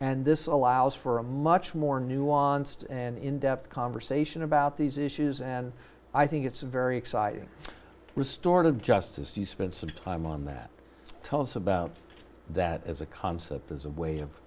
and this allows for a much more nuanced and in depth conversation about these issues and i think it's a very exciting restored of justice you spent some time on that tell us about that as a concept as a way of